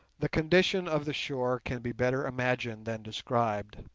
the condition of the shore can be better imagined than described.